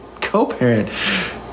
co-parent